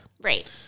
right